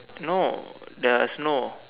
no the snow